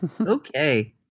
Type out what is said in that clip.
Okay